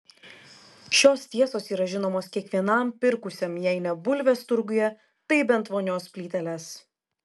šios tiesos yra žinomos kiekvienam pirkusiam jei ne bulves turguje tai bent vonios plyteles